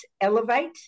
elevate